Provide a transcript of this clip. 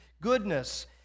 goodness